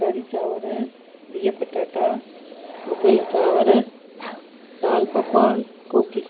कढ़ी चांवरि बिहु पटाटा भुॻल चांवरु दालि पकवान कोकी